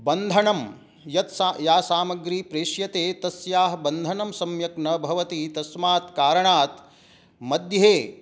बन्धनं यत् सा या सामग्री प्रेष्यते तस्याः बन्धनं सम्यक् न भवति तस्मात् कारणात् मध्ये